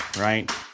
right